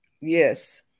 Yes